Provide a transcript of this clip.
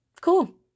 Cool